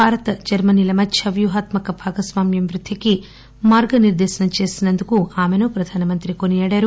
Bharat Germany మధ్య వ్యూహాత్మక భాగస్వామ్యం వృద్దికి మార్గనిర్దేశం చేసినందుకు ఆమెను ప్రధానమంత్రి కొనియాడారు